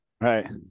Right